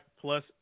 plus